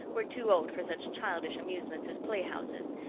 were too old for such childish amusements as playhouses,